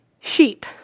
Sheep